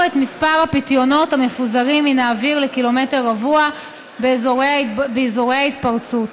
את מספר הפיתיונות המפוזרים מן האוויר לקילומטר רבוע באזורי ההתפרצות.